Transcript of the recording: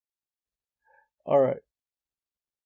alright